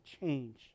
change